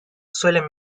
suelen